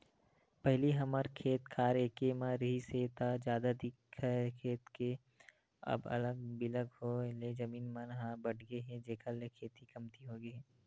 पहिली हमर खेत खार एके म रिहिस हे ता जादा दिखय खेत के अब अलग बिलग के होय ले जमीन मन ह बटगे हे जेखर ले खेती कमती होगे हे